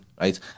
right